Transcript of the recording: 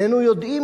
איננו יודעים,